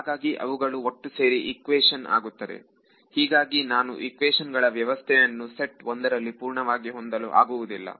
ಹಾಗಾಗಿ ಅವುಗಳು ಒಟ್ಟು ಸೇರಿ ಈಕ್ವೇಶನ್ ಆಗುತ್ತದೆ ಹೀಗಾಗಿ ನನಗೆ ಈಕ್ವೇಶನ್ ಗಳ ವ್ಯವಸ್ಥೆ ಅನ್ನು ಸೆಟ್ ಒಂದರಲ್ಲಿ ಪೂರ್ಣವಾಗಿ ಹೊಂದಲು ಆಗುವುದಿಲ್ಲ